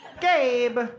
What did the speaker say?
Gabe